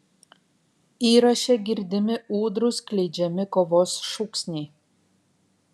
įraše girdimi ūdrų skleidžiami kovos šūksniai